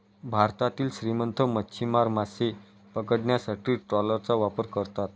भारतातील श्रीमंत मच्छीमार मासे पकडण्यासाठी ट्रॉलरचा वापर करतात